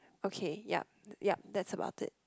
okay ya ya that's about it